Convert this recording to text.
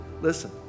Listen